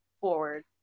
forward